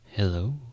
Hello